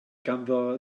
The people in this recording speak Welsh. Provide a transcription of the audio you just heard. ganddo